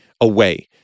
away